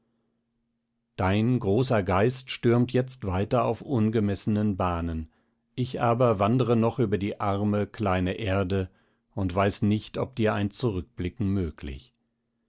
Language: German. dein großer geist stürmt jetzt weiter auf ungemessenen bahnen ich aber wandere noch über die arme kleine erde und weiß nicht ob dir ein zurückblicken möglich